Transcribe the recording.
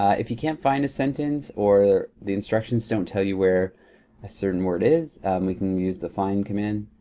if you can't find a sentence, or the instructions don't tell you where a certain word is we can use the find command.